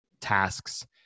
tasks